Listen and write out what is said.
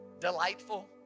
delightful